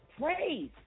praise